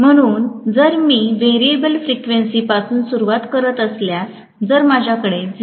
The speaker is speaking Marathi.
म्हणून जर मी व्हेरिएबल फ्रिक्वेन्सी पासून सुरवात करत असल्यास जर माझ्याकडे 0